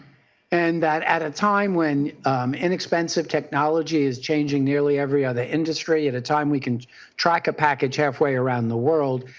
and that at a time when inexpensive technology is changing nearly every other industry, at a time we can track a package half way around the world,